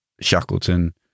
Shackleton